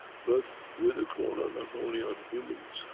but with the corona, not only on humans,